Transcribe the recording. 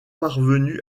parvenu